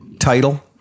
title